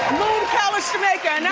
palace jamaica, and